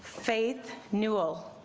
faith newell